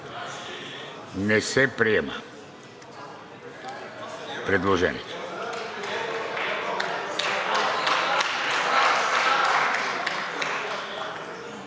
Не се приема предложението.